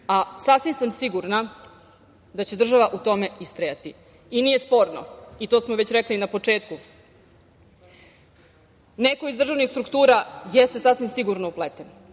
a sasvim sam sigurna da će država u tome istrajati. Nije sporno, to smo već rekli i na početku, neko iz državnih struktura jeste sasvim sigurno upleten.